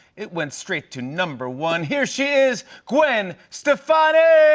it went straight to number one. here she is gwen stefani!